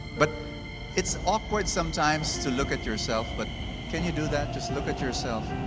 but it's awkward sometimes to look at yourself. but can you do that, just look at yourself